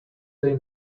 they